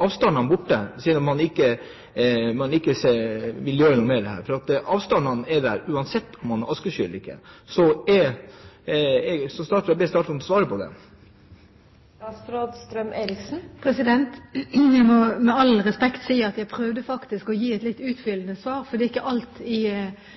avstandene borte, siden man ikke vil gjøre noe med dette? Avstandene er jo der, uansett om man har askesky eller ikke. Jeg ber statsråden svare på det. Jeg må, med all respekt, si at jeg faktisk prøvde å gi et litt utfyllende svar, for det er ikke alt innenfor helse og omsorg som kan besvares med ja eller nei. Når det gjelder askeskyen, var vi i